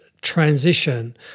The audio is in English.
Transition